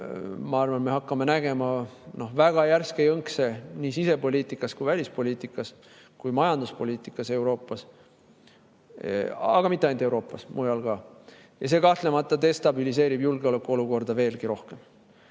ma arvan, me hakkame nägema väga järske jõnkse nii sisepoliitikas, välispoliitikas kui ka majanduspoliitikas Euroopas. Aga mitte ainult Euroopas, mujal ka. Ja see kahtlemata destabiliseerib julgeolekuolukorda veelgi rohkem.